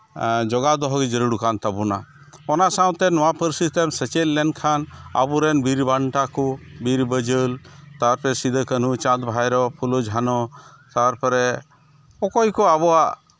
ᱡᱚᱜᱟᱣ ᱫᱚᱦᱚᱭ ᱡᱟᱹᱨᱩᱲ ᱠᱟᱱ ᱛᱟᱵᱚᱱᱟ ᱚᱱᱟ ᱥᱟᱶᱛᱮ ᱱᱚᱣᱟ ᱯᱟᱹᱨᱥᱤ ᱛᱮᱢ ᱥᱮᱪᱮᱫ ᱞᱮᱱᱠᱷᱟᱱ ᱟᱵᱚᱨᱮᱱ ᱵᱤᱨᱵᱟᱱᱴᱟ ᱠᱚ ᱵᱤᱨ ᱵᱟᱹᱡᱟᱹᱞ ᱛᱟᱨᱯᱚᱨᱮ ᱥᱤᱫᱩᱼᱠᱟᱱᱩ ᱪᱟᱸᱫᱽᱼᱵᱷᱟᱭᱨᱳ ᱯᱷᱩᱞᱳᱼᱡᱷᱟᱱᱳ ᱛᱟᱨᱯᱚᱨᱮ ᱚᱠᱚᱭ ᱠᱚ ᱟᱵᱚᱣᱟᱜ